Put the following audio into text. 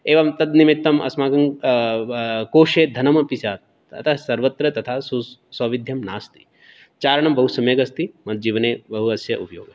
एवं तद् निमित्तम् अस्माकं कोशे धनमपि स्यात् ततः सर्वत्र तथा सु सौविध्यं नास्ति चारणं बहुसम्यक् अस्ति जीवने बहु अस्य उपयोगः